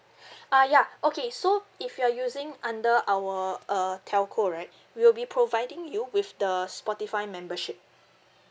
ah ya okay so if you are using under our uh telco right we will be providing you with the Spotify membership